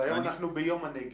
והיום אנחנו ביום הנגב.